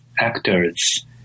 Actors